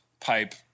pipe